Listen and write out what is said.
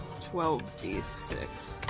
12d6